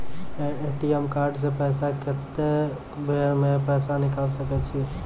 ATM card से कत्तेक बेर पैसा निकाल सके छी?